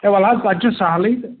ہے وَلہٕ حظ پتہٕ چھُ سہلٕے تہٕ